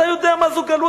אתה יודע מה זאת גלות?